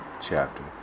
chapter